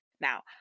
Now